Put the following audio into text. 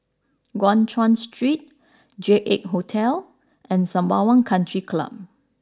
Guan Chuan Street J Eight Hotel and Sembawang Country Club